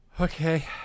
Okay